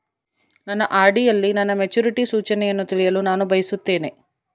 ನನ್ನ ಆರ್.ಡಿ ಯಲ್ಲಿ ನನ್ನ ಮೆಚುರಿಟಿ ಸೂಚನೆಯನ್ನು ತಿಳಿಯಲು ನಾನು ಬಯಸುತ್ತೇನೆ